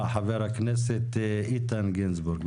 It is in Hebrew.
חבר הכנסת איתן גינזבורג,